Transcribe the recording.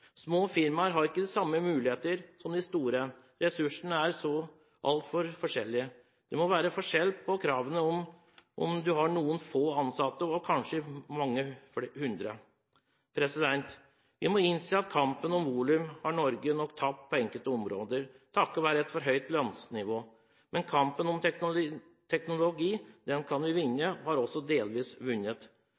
Små firmaer har ikke de samme mulighetene som de store, ressursene er så altfor forskjellige. Det må være forskjell på kravene om du har noen få ansatte, og om du kanskje har mange hundre. Vi må innse at Norge nok har tapt kampen om volum på enkelte områder på grunn av et for høyt lønnsnivå. Men kampen om teknologi kan vi vinne, og den har vi også delvis vunnet.